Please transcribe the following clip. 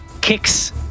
kicks